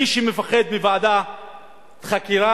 מי שפוחד מוועדת חקירה,